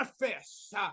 manifest